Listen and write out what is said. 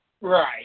Right